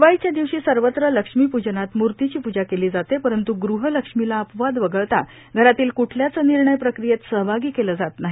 दिवाळी दिवाळीच्या दिवशी सर्वत्र लक्ष्मीपूजनात मूर्तीची पूजा केली जाते परंत् ग़ह लक्ष्मीला अपवाद वगळता घरातील कूठल्याच निर्णय प्रक्रियेत सहभागी केल जात नाही